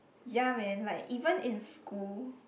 ya man like even in school